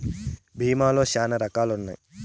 భీమా లో శ్యానా రకాలు ఉన్నాయి